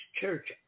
church